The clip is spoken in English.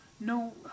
No